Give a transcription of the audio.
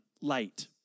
light